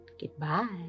goodbye